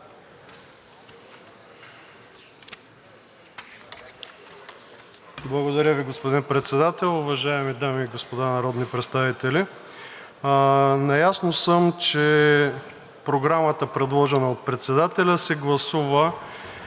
Благодаря Ви, господин Председател. Уважаеми дами и господа народни представители! Наясно съм, че Програмата, предложена от председателя, се гласува